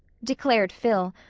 declared phil,